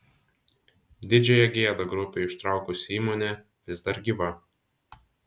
didžiąją gėdą grupei užtraukusi įmonė vis dar gyva